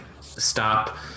stop